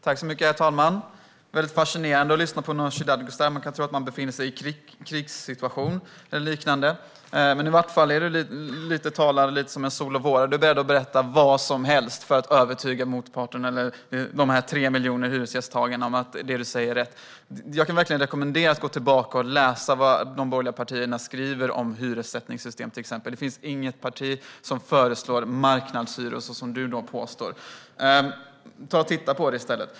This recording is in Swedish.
Herr talman! Det är mycket fascinerande att lyssna på Nooshi Dadgostar. Man kan tro att man befinner sig i en krigssituation eller liknande. Du talar lite grann som en sol-och-vårare, Nooshi Dadgostar. Du är beredd att berätta vad som helst för att övertyga motparten eller de 3 miljonerna hyresgäster om att det du säger är rätt. Jag kan verkligen rekommendera läsning av vad de borgerliga partierna skriver om till exempel hyressättningssystem. Det finns inget parti som föreslår marknadshyror, som du påstår. Titta på detta i stället.